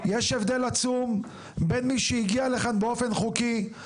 יש הבדל עצום בין מי שהגיע לכאן באופן חוקי,